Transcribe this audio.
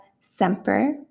Semper